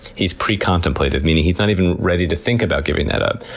he's pre-contemplated, meaning he's not even ready to think about giving that up.